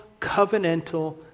covenantal